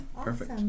perfect